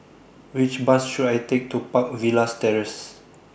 Which Bus should I Take to Park Villas Terrace